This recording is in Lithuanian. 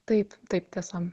taip taip tiesa